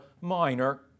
Minor